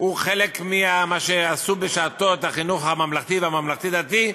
הוא חלק ממה שעשו בשעתו את החינוך הממלכתי והממלכתי-דתי,